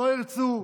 לא ירצו,